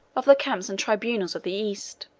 of the campus and tribunals of the east.